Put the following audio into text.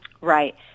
Right